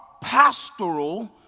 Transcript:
pastoral